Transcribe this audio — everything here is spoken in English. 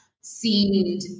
seemed